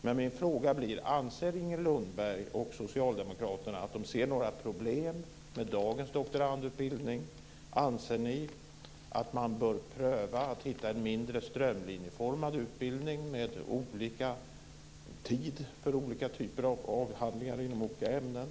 Men mina frågor blir: Ser Inger Lundberg och socialdemokraterna några problem med dagens doktorandutbildning? Anser ni att man bör pröva att hitta en mindre strömlinjeformad utbildning med olika tider för olika typer av avhandlingar i olika ämnen?